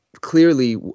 clearly